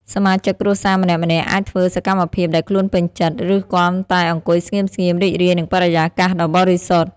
សមាជិកគ្រួសារម្នាក់ៗអាចធ្វើសកម្មភាពដែលខ្លួនពេញចិត្ត ឬគ្រាន់តែអង្គុយស្ងៀមៗរីករាយនឹងបរិយាកាសដ៏បរិសុទ្ធ។